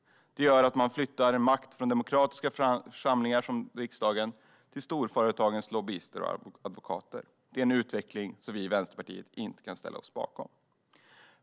Detta gör att man flyttar makt från demokratiska församlingar, som riksdagen, till storföretagens lobbyister och advokater. Det är en utveckling som vi i Vänsterpartiet inte kan ställa oss bakom.